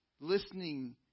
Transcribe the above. listening